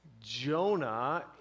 Jonah